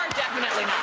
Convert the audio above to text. definitely